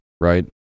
right